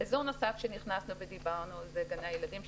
אזור נוסף שנכנסנו ודיברנו עליו זה גני הילדים וגני הילדים הפרטיים,